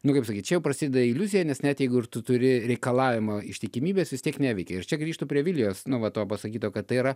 nu kaip sakyt čia jau prasideda iliuzija nes net jeigu ir tu turi reikalavimą ištikimybės vis tiek neveikia ir čia grįžtu prie vilijos nu va to pasakyto kad tai yra